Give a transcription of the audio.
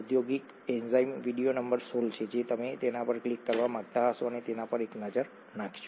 ઔદ્યોગિક enzyme video number 16 છે તમે તેના પર ક્લિક કરવા માંગતા હશો અને તેના પર એક નજર નાખો